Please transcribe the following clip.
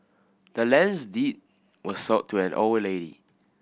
the land's deed was sold to an old lady